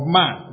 man